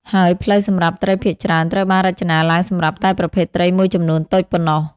ហើយផ្លូវសម្រាប់ត្រីភាគច្រើនត្រូវបានរចនាឡើងសម្រាប់តែប្រភេទត្រីមួយចំនួនតូចប៉ុណ្ណោះ។